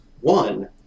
One